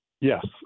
Yes